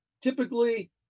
typically